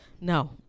No